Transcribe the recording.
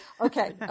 okay